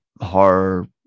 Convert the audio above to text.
horror